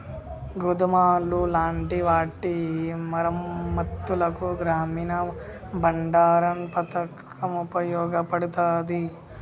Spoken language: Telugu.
గోదాములు లాంటి వాటి మరమ్మత్తులకు గ్రామీన బండారన్ పతకం ఉపయోగపడతాది